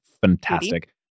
Fantastic